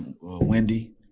wendy